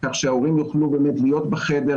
כך שההורים יוכלו באמת להיות בחדר,